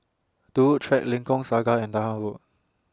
Turut Track Lengkok Saga and Dahan Road